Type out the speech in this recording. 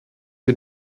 wir